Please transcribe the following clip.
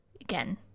again